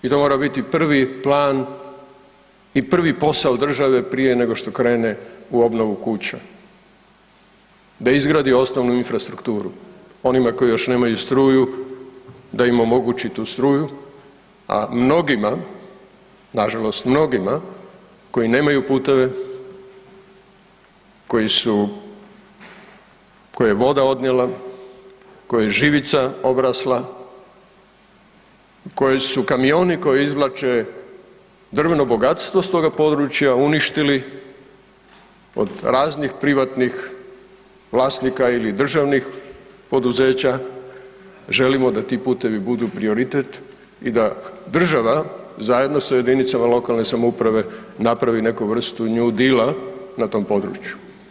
I to mora biti prvi plan i prvi posao države prije nego što krene u obnovu kuća, da izgradi osnovnu infrastrukturu, onima koji još nemaju struju da im omogući tu struju, a mnogima, nažalost mnogima koji nemaju puteve, koji su, koje je voda odnijela, koje je živica obrasla, koji su kamioni koji izvlače drveno bogatstvo s toga područja uništili od raznih privatnih vlasnika ili državnih poduzeća želimo da ti putevi budu prioritet i da država zajedno sa JLS-ovima napravi neku vrstu new deala na tom području.